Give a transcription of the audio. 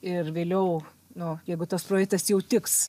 ir vėliau nu jeigu tas projektas jau tiks